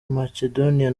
macedonia